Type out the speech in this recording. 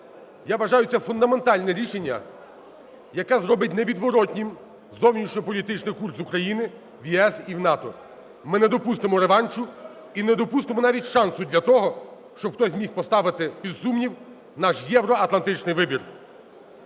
Я вважаю, це фундаментальне рішення, яке зробить невідворотнім зовнішньополітичний курс України в ЄС і в НАТО. Ми не допустимо реваншу і не допустимо навіть шансу для того, щоб хтось зміг поставити під сумнів наш євроатлантичний вибір.